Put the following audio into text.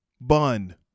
bun